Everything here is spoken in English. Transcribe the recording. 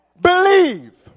believe